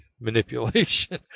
manipulation